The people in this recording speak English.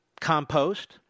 Compost